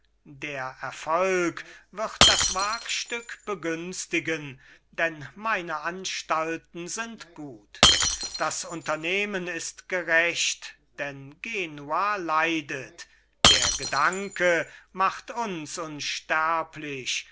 der erfolg wird das wagstück begünstigen denn meine anstalten sind gut das unternehmen ist gerecht denn genua leidet der gedanke macht uns